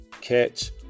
catch